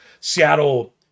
Seattle